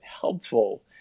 helpful